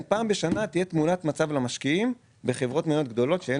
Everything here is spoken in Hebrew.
ייתן תמונת מצב למשקיעים בחברות מניות שאין